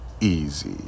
easy